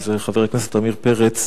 אם זה חבר הכנסת עמיר פרץ,